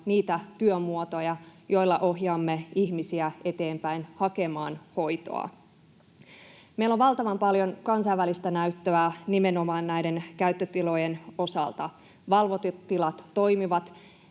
ja työmuotoja, joilla ohjaamme ihmisiä eteenpäin hakemaan hoitoa. Meillä on valtavan paljon kansainvälistä näyttöä nimenomaan käyttötilojen osalta. Valvotut tilat toimivat,